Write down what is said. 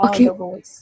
Okay